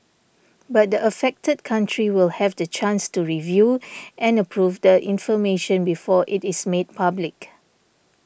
but the affected country will have the chance to review and approve the information before it is made public